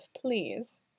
please